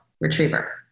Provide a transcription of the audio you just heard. retriever